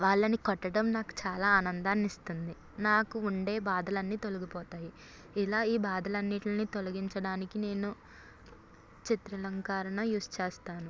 వాళ్ళని కొట్టడం నాకు చాలా ఆనందాన్ని ఇస్తుంది నాకు ఉండే బాధలు అన్నీ తొలగిపోతాయి ఇలా ఈ బాధలు అన్నింటిని తొలగించడానికి నేను చిత్రలంకారణ యూస్ చేస్తాను